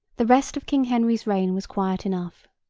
the rest of king henry's reign was quiet enough.